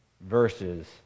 verses